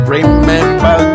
Remember